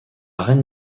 reine